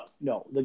no